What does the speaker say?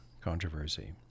controversy